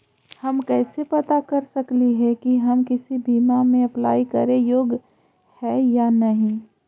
हम कैसे पता कर सकली हे की हम किसी बीमा में अप्लाई करे योग्य है या नही?